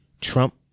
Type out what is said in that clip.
Trump